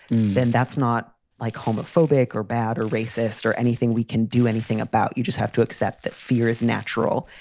then that's not like homophobic or bad or racist or anything we can do anything about. you just have to accept that fear is natural.